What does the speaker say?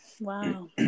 Wow